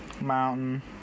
Mountain